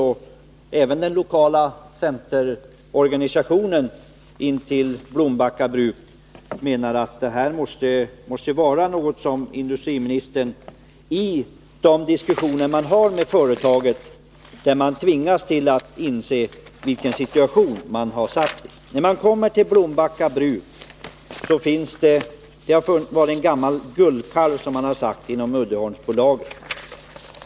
Och även den lokala centerorganisationen intill Blombacka bruk menar att det här måste vara något som industriministern skall ta hänsyn till i diskussionerna med företaget, där man tvingas inse vilken situation man har försatt sig i. Blombacka bruk har varit en gammal guldkalv, har man sagt inom Uddeholm.